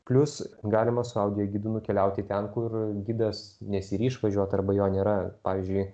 plius galima su audiogidu nukeliauti ten kur gidas nesiryš važiuoti arba jo nėra pavyzdžiui